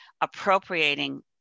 appropriating